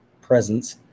presence